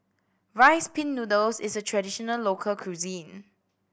Rice Pin Noodles is a traditional local cuisine